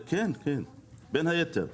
כן, בין היתר.